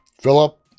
Philip